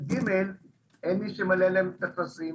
ואין מי שימלא להם את הטפסים.